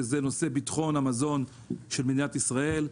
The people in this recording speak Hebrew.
וזה נושא ביטחון המזון של מדינת ישראל.